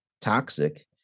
toxic